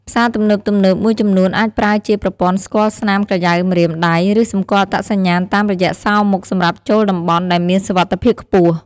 ផ្សារទំនើបៗមួយចំនួនអាចប្រើជាប្រព័ន្ធស្គាល់ស្នាមក្រយៅម្រាមដៃ ឬសម្គាល់អត្តសញ្ញាណតាមរយៈសោរមុខសម្រាប់ចូលតំបន់ដែលមានសុវត្ថិភាពខ្ពស់។